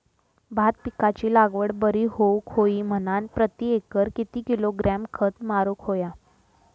भात पिकाची लागवड बरी होऊक होई म्हणान प्रति एकर किती किलोग्रॅम खत मारुक होया?